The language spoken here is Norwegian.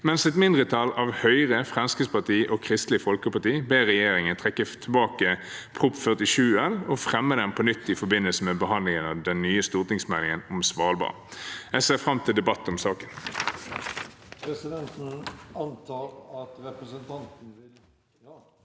bestående av Høyre, Fremskrittspartiet og Kristelig Folkeparti ber regjeringen trekke tilbake Prop. 47 L og fremme den på nytt i forbindelse med behandlingen av den nye stortingsmeldingen om Svalbard. Jeg ser fram til debatten om saken